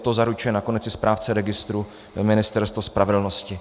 To zaručuje nakonec i správce registru, Ministerstvo spravedlnosti.